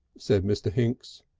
said mr. hinks.